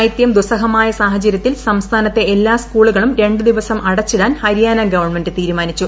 ശൈത്യം ദുസ്സഹമായ സാഹചര്യത്തിൽ സംസ്ഥാനത്തെ എല്ലാ സ്കൂളുകളും രണ്ട് ദിവസം അടച്ചിടാൻ ഹരിയാന ഗവൺമെന്റ് തീരുമാനിച്ചു